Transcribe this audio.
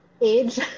age